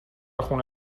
خون